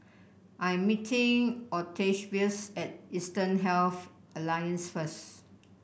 I am meeting Octavius at Eastern Health Alliance first